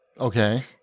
okay